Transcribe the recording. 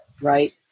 right